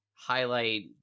highlight